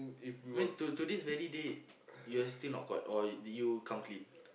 when to today's very day you are still not caught or did you come clean